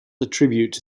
attribute